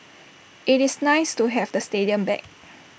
IT is nice to have the stadium back